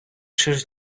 через